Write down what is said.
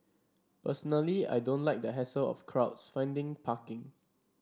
personally I don't like the hassle of crowds finding parking